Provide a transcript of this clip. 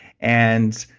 and,